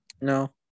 No